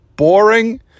Boring